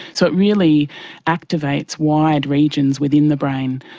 so it really activates wide regions within the brain.